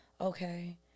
okay